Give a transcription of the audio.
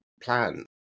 plan